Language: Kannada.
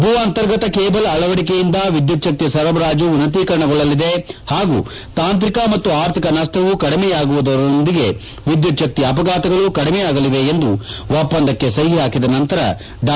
ಭೂಅಂತರ್ಗತ ಕೇಬಲ್ ಅಳವಡಿಕೆಯಿಂದ ವಿದ್ಲುಚ್ಲಕ್ತಿ ಸರಬರಾಜು ಉನ್ನತೀಕರಣಗೊಳ್ಳಲಿದೆ ಹಾಗೂ ತಾಂತ್ರಿಕ ಮತ್ತು ಆರ್ಥಿಕ ನಷ್ಟವೂ ಕಡಿಮೆಯಾಗುವುದರೊಂದಿಗೆ ವಿದ್ಯುಚ್ಹಕ್ತಿ ಅಪಘಾತಗಳು ಕಡಿಮೆಯಾಗಲಿವೆ ಎಂದು ಒಪ್ಪಂದಕ್ಕೆ ಸಹಿ ಹಾಕಿದ ನಂತರ ಡಾ